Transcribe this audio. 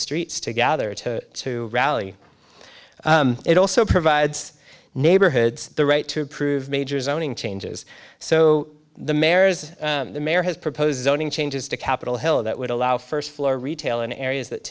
streets to gather to to rally it also provides neighborhoods the right to prove major zoning changes so the mare's the mayor has proposed zoning changes to capitol hill that would allow first floor retail in areas that